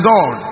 God